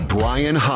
Brian